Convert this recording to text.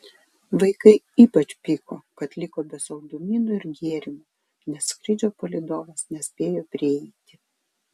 vaikai ypač pyko kad liko be saldumynų ir gėrimų nes skrydžio palydovas nespėjo prieiti